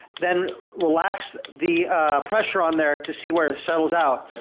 then relax the pressure on there to see where it settles out.